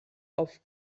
auf